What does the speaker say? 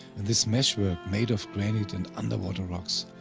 and this meshwork, made of granite and underwater rocks,